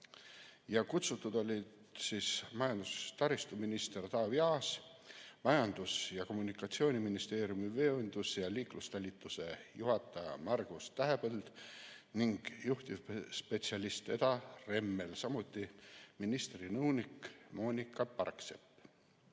Kutsutud olid majandus‑ ja taristuminister Taavi Aas, Majandus‑ ja Kommunikatsiooniministeeriumi veondus‑ ja liiklustalituse juhataja Margus Tähepõld ning juhtivspetsialist Eda Rembel, samuti ministri nõunik Moonika Parksepp.